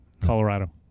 Colorado